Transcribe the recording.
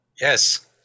yes